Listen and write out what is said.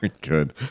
good